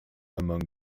among